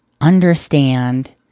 understand